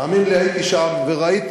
תאמין לי, הייתי שם וראיתי.